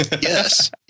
Yes